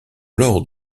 alors